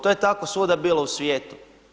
To je tako svugdje bilo u svijetu.